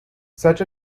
such